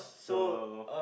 so